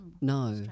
No